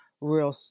real